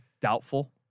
Doubtful